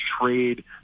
trade